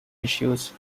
issues